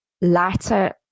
lighter